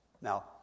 Now